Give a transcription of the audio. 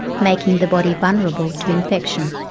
making the body vulnerable to infection.